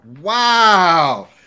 Wow